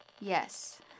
Yes